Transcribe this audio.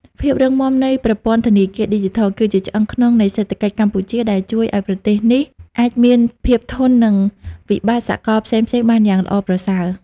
ភាពរឹងមាំនៃប្រព័ន្ធធនាគារឌីជីថល គឺជាឆ្អឹងខ្នងនៃសេដ្ឋកិច្ចកម្ពុជា ដែលជួយឱ្យប្រទេសនេះអាចមានភាពធន់នឹងវិបត្តិសកលផ្សេងៗបានយ៉ាងល្អប្រសើរ។